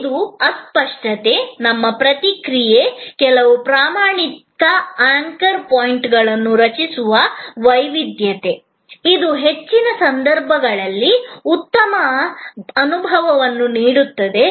ಇದು ಅಸ್ಪಷ್ಟತೆಗೆ ನಮ್ಮ ಪ್ರತಿಕ್ರಿಯೆ ಕೆಲವು ಪ್ರಮಾಣಿತ ಆಂಕರ್ ಪಾಯಿಂಟ್ಗಳನ್ನು ರಚಿಸುವ ವೈವಿಧ್ಯತೆ ಇದು ಹೆಚ್ಚಿನ ಸಂದರ್ಭಗಳಲ್ಲಿ ಉತ್ತಮ ಅನುಭವವನ್ನು ನೀಡುತ್ತದೆ